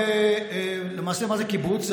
למעשה, מה זה קיבוץ?